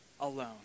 alone